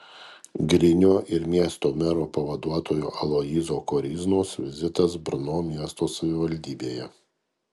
grinio ir miesto mero pavaduotojo aloyzo koryznos vizitas brno miesto savivaldybėje